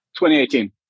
2018